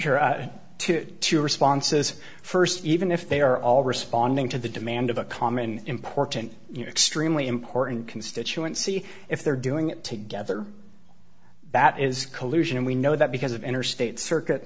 two responses first even if they are all responding to the demand of a common important you know extremely important constituency if they're doing it together that is collusion and we know that because of interstate circuit